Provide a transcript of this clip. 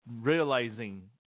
realizing